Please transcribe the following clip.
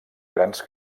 grans